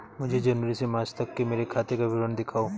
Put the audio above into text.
मुझे जनवरी से मार्च तक मेरे खाते का विवरण दिखाओ?